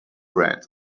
friend